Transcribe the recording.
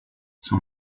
son